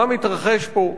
מה מתרחש פה?